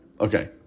Okay